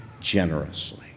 generously